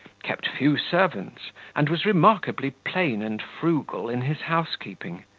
kept few servants, and was remarkably plain and frugal in his housekeeping.